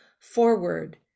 forward